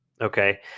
okay